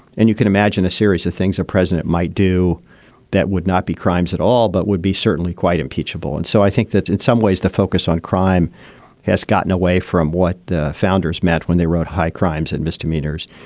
and you can imagine a series of things a president might do that would not be crimes at all, but would be certainly quite impeachable. and so i think that's in some ways the focus on crime has gotten away from what the founders met when they wrote high crimes and misdemeanors.